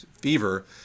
fever